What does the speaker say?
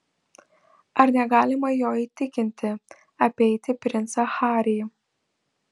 ar negalima jo įtikinti apeiti princą harį